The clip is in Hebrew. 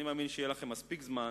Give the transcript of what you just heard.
אני מאמין שיהיה לכם מספיק זמן